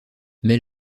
mais